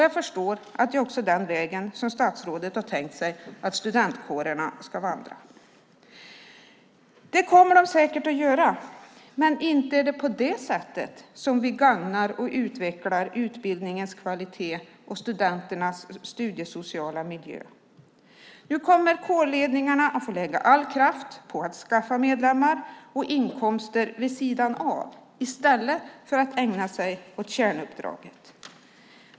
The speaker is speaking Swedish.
Jag förstår att det också är den vägen som statsrådet har tänkt sig att studentkårerna ska vandra. Det kommer de säkert att göra, men inte är det på det sättet som vi gagnar och utvecklar utbildningens kvalitet och studenternas studiesociala miljö. Nu kommer kårledningarna att få lägga all kraft på att skaffa medlemmar och inkomster vid sidan av i stället för att ägna sig åt kärnuppdraget.